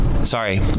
Sorry